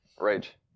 Rage